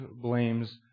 blames